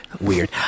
weird